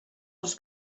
als